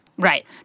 Right